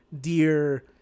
dear